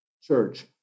church